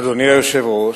אדוני היושב-ראש,